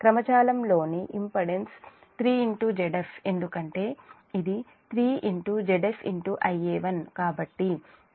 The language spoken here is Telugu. క్రమ జాలము లోని ఇంపిడెన్స్ 3Zf ఎందుకంటే ఇది 3 ZfIa1 కాబట్టి